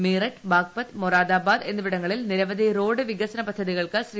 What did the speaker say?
മീററ്റ് ബാഗ്പത് മൊറാദാബാദ് എന്നിവിടങ്ങളിൽ നിരവധി റോഡ് വികസന പുദ്ധതികൾക്ക് ശ്രീ